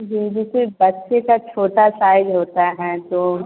जी जैसे बच्चे का छोटा साइज होता है तो